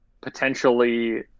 potentially